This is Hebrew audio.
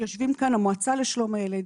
יושבים כאן המועצה לשלום הילד,